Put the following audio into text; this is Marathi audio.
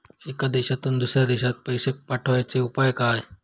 एका देशातून दुसऱ्या देशात पैसे पाठवचे उपाय काय?